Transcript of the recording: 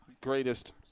greatest